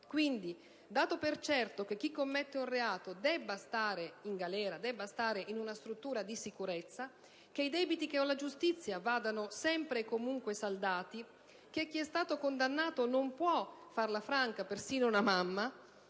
Quindi, dato per certo che chi commette un reato debba stare in galera o comunque in una struttura di sicurezza, che i debiti con la giustizia vadano sempre e comunque saldati, che chi è stato condannato non può farla franca (perfino una mamma),